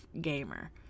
gamer